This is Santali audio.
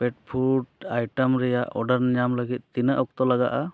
ᱯᱮᱴ ᱯᱷᱩᱰ ᱟᱭᱴᱮᱢ ᱚᱰᱟᱨ ᱧᱟᱢ ᱞᱟᱹᱜᱤᱫ ᱛᱤᱱᱟᱹᱜ ᱚᱠᱛᱚ ᱞᱟᱜᱟᱼᱟ